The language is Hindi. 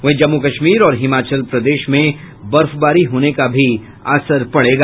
वहीं जम्मू कश्मीर और हिमाचल प्रदेश में बर्फबारी होने का भी असर पड़ेगा